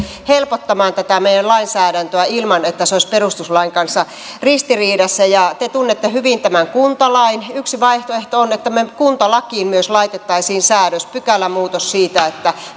helpottamaan tätä meidän lainsäädäntöämme ilman että se olisi perustuslain kanssa ristiriidassa te tunnette hyvin tämän kuntalain yksi vaihtoehto on että me kuntalakiin myös laittaisimme säädöksen pykälämuutoksen siitä